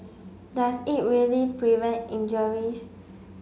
does it really prevent injuries